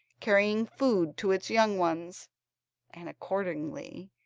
carrying food to his young ones and, accordingly,